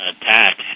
attack